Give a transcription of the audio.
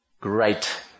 great